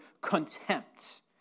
contempt